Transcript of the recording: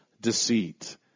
deceit